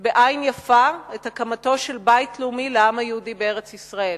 בעין יפה את הקמתו של בית לאומי לעם היהודי בארץ-ישראל,